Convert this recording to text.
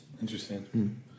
Interesting